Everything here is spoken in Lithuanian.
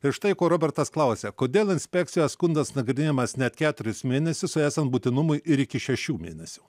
ir štai ko robertas klausia kodėl inspekcijo skundas nagrinėjamas net keturis mėnesius o esant būtinumui ir iki šešių mėnesių